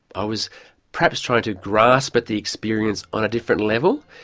i was perhaps trying to grasp at the experience on a different level.